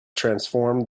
transformed